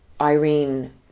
Irene